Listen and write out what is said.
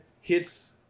hits